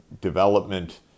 development